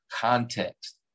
context